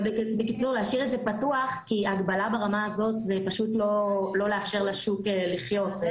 להשאיר את זה פתוח כי הגבלה ברמה הזאת זה פשוט לא לאפשר לשוק לחיות.